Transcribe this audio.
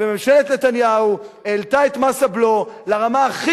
וממשלת נתניהו העלתה את מס הבלו לרמה הכי